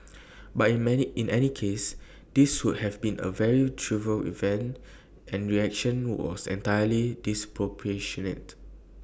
but in many in any case this would have been A very trivial event and reaction was entirely disproportionate